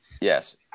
yes